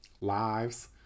lives